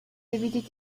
divided